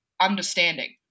understanding